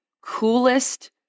coolest